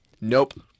Nope